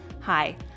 Hi